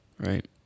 Right